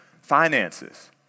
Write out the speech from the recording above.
finances